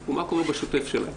הוא מה קורה בשוטף שלהם,